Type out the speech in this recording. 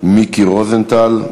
מיקי רוזנטל.